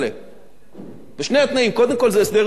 קודם כול, זה הסדר לא קל מבחינת ערוץ-10.